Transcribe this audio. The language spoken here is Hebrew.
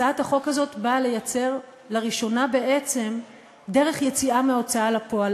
הצעת החוק הזאת באה לייצר לראשונה בעצם דרך יציאה מההוצאה לפועל.